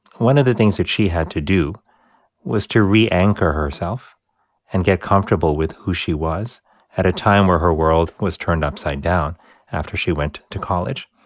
one of the things that she had to do was to re-anchor herself and get comfortable with who she was at a time where her world was turned upside down after she went to college.